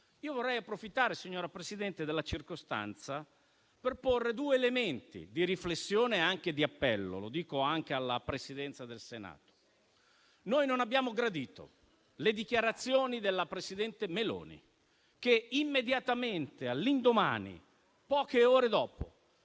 - vorrei approfittare della circostanza, signora Presidente, per porre due elementi di riflessione e di appello. Lo dico anche alla Presidenza del Senato. Noi non abbiamo gradito le dichiarazioni della presidente Meloni, che, immediatamente all'indomani e poche ore dopo